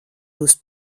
jūs